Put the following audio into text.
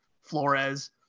Flores